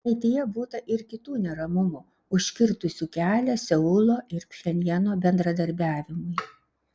praeityje būta ir kitų neramumų užkirtusių kelią seulo ir pchenjano bendradarbiavimui